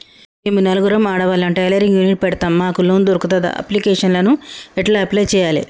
మేము నలుగురం ఆడవాళ్ళం టైలరింగ్ యూనిట్ పెడతం మాకు లోన్ దొర్కుతదా? అప్లికేషన్లను ఎట్ల అప్లయ్ చేయాలే?